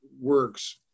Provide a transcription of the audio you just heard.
works